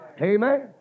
Amen